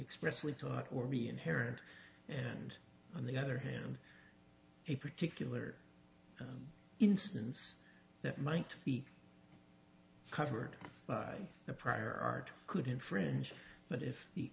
expressly taught or being here and on the other hand a particular instance that might be covered by a prior art could infringe but if the